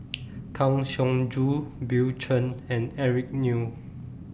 Kang Siong Joo Bill Chen and Eric Neo